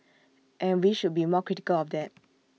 and we should be more critical of that